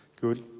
good